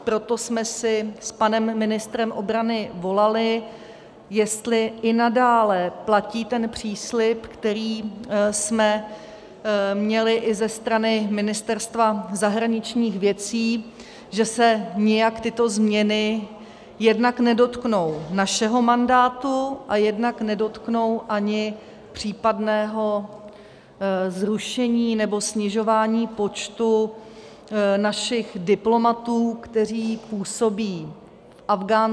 Proto jsme si s panem ministrem obrany volali, jestli i nadále platí ten příslib, který jsme měli i ze strany Ministerstva zahraničních věcí, že se nijak tyto změny jednak nedotknou našeho mandátu a jednak nedotknou ani případného zrušení nebo snižování počtu našich diplomatů, kteří působí v afghánském Kábulu.